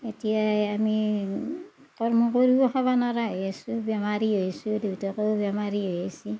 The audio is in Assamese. এতিয়া আমি কৰ্ম কৰিও খাবা নোৱাৰা হৈছো বেমাৰী হৈছোঁ দেউতাকেও বেমাৰী হৈছে